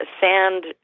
sand